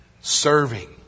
serving